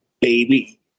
baby